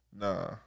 Nah